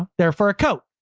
there for a coat,